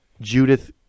judith